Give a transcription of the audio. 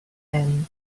them